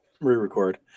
re-record